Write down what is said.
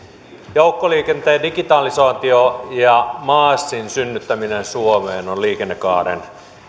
joukkoliikenteen digitalisaatio ja maasin synnyttäminen suomeen on liikennekaaren